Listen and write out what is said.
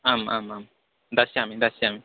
आम् आम् आं दास्यामि दास्यामि